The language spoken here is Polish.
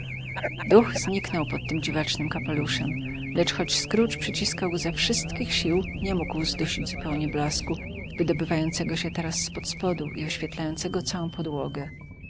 duch zniknął pod tym dziwacznym kapeluszem lecz choć scrooge przyciskał go ze wszystkich sił nie mógł zdusić zupełnie blasku wydobywającego się teraz z pod spodu i oświetlającego całą podłogę